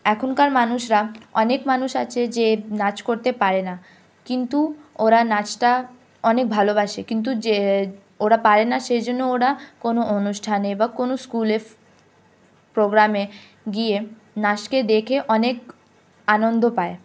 এখনকার মানুষরা অনেক মানুষ আছে যে নাচ করতে পারে না কিন্তু ওরা নাচটা অনেক ভালোবাসে কিন্তু যে ওরা পারে না সেই জন্য ওরা কোনো অনুষ্ঠানে বা কোনো স্কুলে প্রোগ্রামে গিয়ে নাচকে দেখে অনেক আনন্দ পায়